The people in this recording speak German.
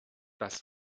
das